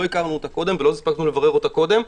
לא הכרנו אותה קודם ולא הספקנו לברר קודם.